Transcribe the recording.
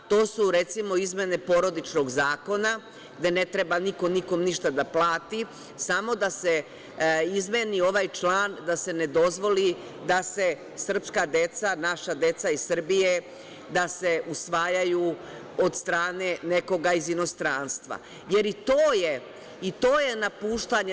To su, recimo, izmene Porodičnog zakona, gde ne treba niko nikom ništa da plati, samo da se izmeni ovaj član, da se ne dozvoli da se srpska deca, naša deca iz Srbije usvajaju od strane nekoga iz inostranstva, jer i to je napuštanje.